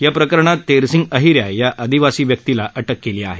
या प्रकरणात तेरसिंग अहिऱ्या या आदिवासी व्यक्तिला अटक केली आहे